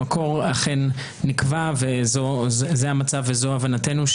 במקור נקבע, וזה המצב וזאת הבנתנו,